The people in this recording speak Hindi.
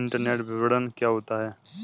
इंटरनेट विपणन क्या होता है?